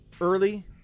early